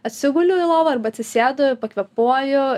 atsiguliu į lovą arba atsisėdu pakvėpuoju